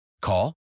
Call